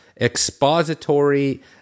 expository